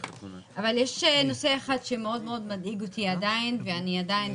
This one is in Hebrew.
אבל עדיין יש נושא אחד שמאוד מאוד מדאיג אותי ואני עדיין